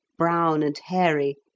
brown and hairy,